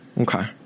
Okay